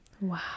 Wow